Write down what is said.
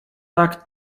tak